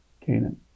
Canaan